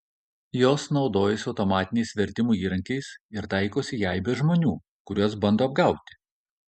jos naudojasi automatiniais vertimų įrankiais ir taikosi į aibę žmonių kuriuos bando apgauti